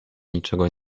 niczego